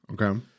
Okay